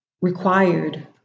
required